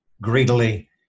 greedily